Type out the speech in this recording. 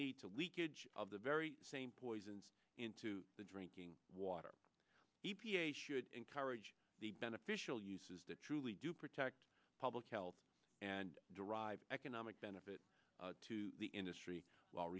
lead to leakage of the very same poison into the drinking water e p a should encourage the beneficial uses that truly do protect public health and derive economic benefit to the industry w